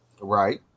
Right